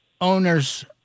owner's